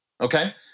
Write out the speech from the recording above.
Okay